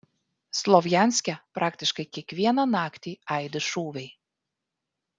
slovjanske praktiškai kiekvieną naktį aidi šūviai